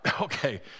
Okay